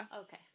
Okay